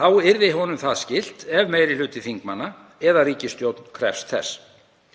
Þá yrði honum það skylt ef meiri hluti þingmanna eða ríkisstjórn krefst þess.